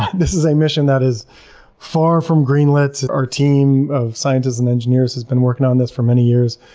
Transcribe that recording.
this is a mission that is far from green lit. our team of scientists and engineers has been working on this for many years.